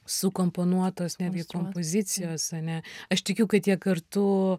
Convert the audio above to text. sukomponuotos netgi kompozicijos a ne aš tikiu kad jie kartu